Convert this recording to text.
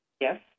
Yes